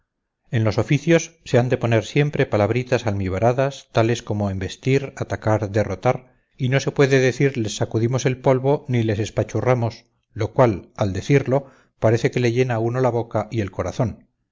en los oficios se han de poner siempre palabritas almibaradas tales como embestir atacar derrotar y no se puede decir les sacudimos el polvo ni les espachurramos lo cual al decirlo parece que le llena a uno la boca y el corazón